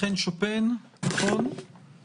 הציבורי, גם אם זה משרת אינטרסים פוליטיים מידיים.